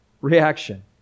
reaction